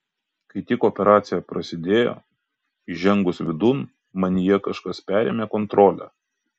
kai tik operacija prasidėjo įžengus vidun manyje kažkas perėmė kontrolę